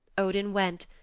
odin went,